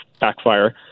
backfire